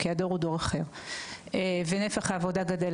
כי הדור הוא דור אחר ונפח העבודה גדל.